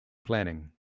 planning